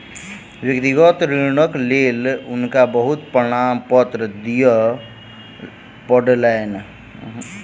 व्यक्तिगत ऋणक लेल हुनका बहुत प्रमाणपत्र दिअ पड़लैन